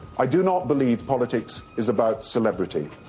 i do not believe politics is about celebrity.